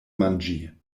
manĝi